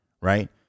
right